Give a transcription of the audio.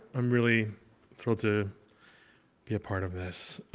i'm really thrilled to be a part of this.